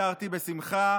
נעתרתי בשמחה,